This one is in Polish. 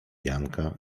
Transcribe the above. janka